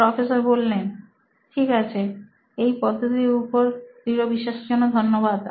professor ঠিক আছে এই পদ্ধতির উপর দৃঢ় বিশ্বাসের জন্য ধন্যবাদ